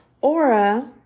aura